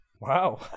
wow